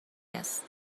است